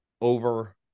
over